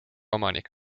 omanik